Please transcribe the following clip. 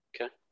Okay